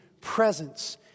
presence